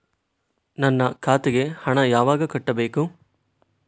ನನ್ನ ಖಾತೆಗೆ ಹಣ ಯಾವಾಗ ಕಟ್ಟಬೇಕು?